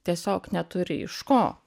tiesiog neturi iš ko